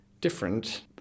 different